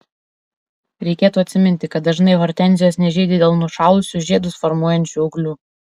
reikėtų atsiminti kad dažnai hortenzijos nežydi dėl nušalusių žiedus formuojančių ūglių